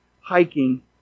hiking